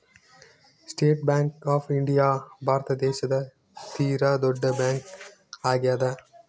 state bank of India Bharat ದೇಶದ ತೀರ ದೊಡ್ಡ ಬ್ಯಾಂಕ್ ಆಗ್ಯಾದ